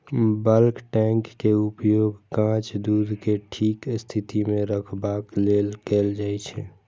bulk tank के उपयोग कांच दूध कें ठीक स्थिति मे रखबाक लेल कैल जाइ छै